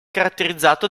caratterizzato